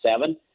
seven